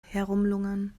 herumlungern